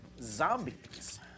Zombies